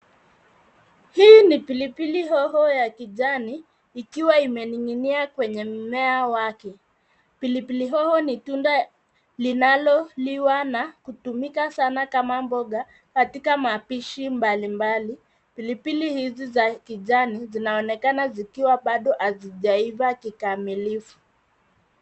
Hii ni pilipili hoho ya kijani, ikiwa imening'inia kwenye mmea wake. Pilipili hoho ni tunda linaloliwa na kutumika sana kama mboga katika mapishi mbali mbali. Pilipili hizi za kijani zinaonekana zikiwa bado hazijaiva kikamilifu.